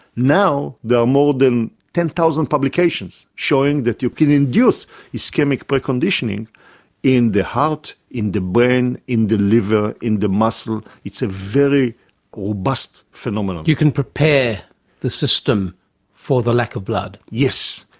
now there are more than ten thousand publications showing that you can induce ischemic preconditioning in the heart, in the brain, in the liver, in the muscle. it's a very robust phenomenon. you can prepare the system for the lack of blood. yes,